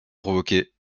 provoquer